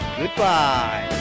goodbye